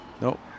Nope